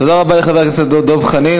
תודה רבה לחבר הכנסת דב חנין.